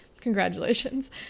Congratulations